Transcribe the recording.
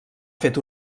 fet